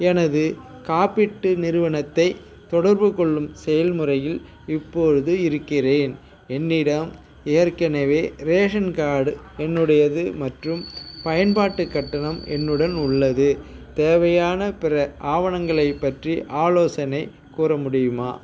எனது காப்பீட்டு நிறுவனத்தைத் தொடர்புக் கொள்ளும் செயல்முறையில் இப்பொழுது இருக்கின்றேன் என்னிடம் ஏற்கனவே ரேஷன் கார்டு என்னுடையது மற்றும் பயன்பாட்டு கட்டணம் என்னுடன் உள்ளது தேவையான பிற ஆவணங்களைப் பற்றி ஆலோசனை கூற முடியுமா